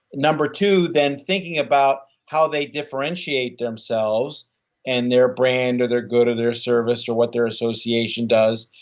number two, then thinking about how they differentiate themselves and their brand, or their good, or their service, or what their association does,